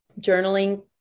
journaling